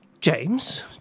James